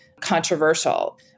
controversial